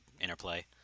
interplay